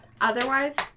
Otherwise